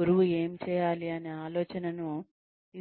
గురువు ఏమి చేయాలి అనే ఆలోచనను ఇస్తుంది